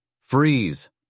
Freeze